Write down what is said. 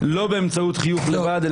לא באמצעות חיוך לבד,